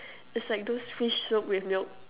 it's like those fish soup with milk